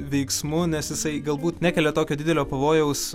veiksmu nes jisai galbūt nekelia tokio didelio pavojaus